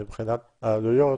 מבחינת העלויות,